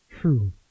true